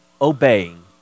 obeying